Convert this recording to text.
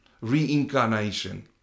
reincarnation